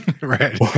Right